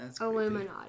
Illuminati